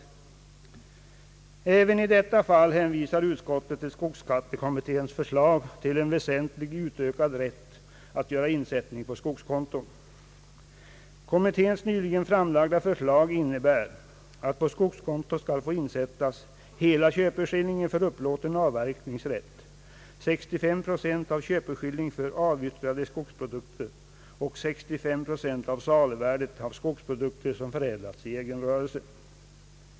Även på denna punkt hänvisar utskottet till skogsskattekommitténs förslag till en väsentligt utökad rätt att göra insättning på skogskonto. Kommitténs nyligen framlagda förslag innebär att på skogskonto skall få insättas hela köpeskillingen för upplåten avverkningsrätt, 65 procent av köpeskilling för avyttrade skogsprodukter och 65 procent av saluvärdet på skogsprodukter som förädlats i egen rörelse.